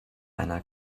einer